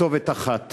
כתובת אחת